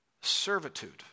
servitude